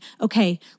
okay